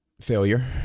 Failure